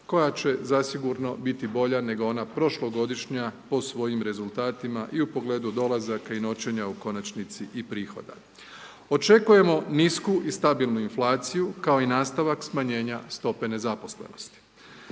koja će zasigurno biti bolja nego ona prošlogodišnja po svojim rezultatima, i u pogledu dolazaka i noćenja, u konačnici i prihoda. Očekujemo nisku i stabilnu inflaciju, kao i nastavak smanjenja stope nezaposlenosti.